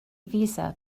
visa